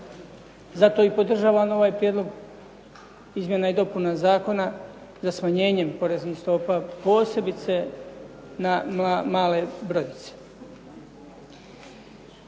Zato i podržavam ovaj prijedlog izmjena i dopuna zakona za smanjenjem poreznih stopa, posebice na male brodice.